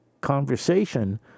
conversation